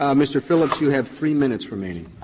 um mr. phillips, you have three minutes remaining.